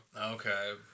Okay